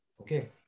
okay